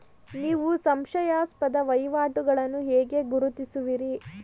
ನೀವು ಸಂಶಯಾಸ್ಪದ ವಹಿವಾಟುಗಳನ್ನು ಹೇಗೆ ಗುರುತಿಸುವಿರಿ?